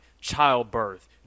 childbirth